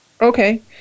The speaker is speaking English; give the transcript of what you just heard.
Okay